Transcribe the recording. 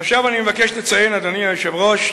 עכשיו, אדוני היושב-ראש,